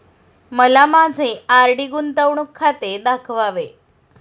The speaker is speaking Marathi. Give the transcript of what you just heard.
मला माझे आर.डी गुंतवणूक खाते दाखवावे